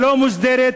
הלא-מוסדרת,